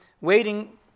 waiting